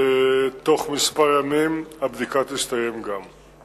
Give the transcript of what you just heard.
בתוך כמה ימים תסתיים גם הבדיקה הזאת.